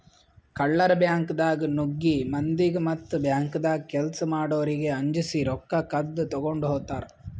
ಕಳ್ಳರ್ ಬ್ಯಾಂಕ್ದಾಗ್ ನುಗ್ಗಿ ಮಂದಿಗ್ ಮತ್ತ್ ಬ್ಯಾಂಕ್ದಾಗ್ ಕೆಲ್ಸ್ ಮಾಡೋರಿಗ್ ಅಂಜಸಿ ರೊಕ್ಕ ಕದ್ದ್ ತಗೊಂಡ್ ಹೋತರ್